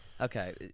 Okay